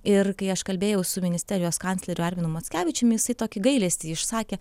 ir kai aš kalbėjau su ministerijos kancleriu arminu mockevičiumi jisai tokį gailestį išsakė